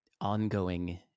ongoing